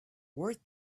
worth